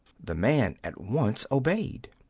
the man at once obeyed.